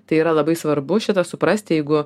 tai yra labai svarbu šitą suprast jeigu